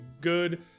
good